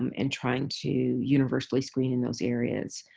um and trying to universally screen in those areas.